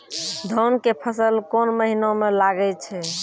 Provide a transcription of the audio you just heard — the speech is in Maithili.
धान के फसल कोन महिना म लागे छै?